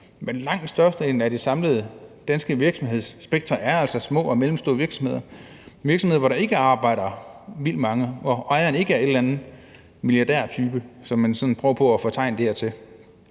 men langt størstedelen af det samlede danske virksomhedsspektrum er altså små og mellemstore virksomheder – virksomheder, hvor der ikke arbejder vildt mange, og hvor ejeren ikke er en eller anden milliardærtype, som man sådan prøver på at fortegne det her til.